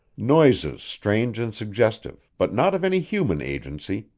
noises strange and suggestive, but not of any human agency,